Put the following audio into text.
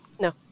No